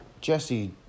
Jesse